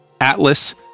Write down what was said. Atlas